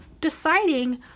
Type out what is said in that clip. deciding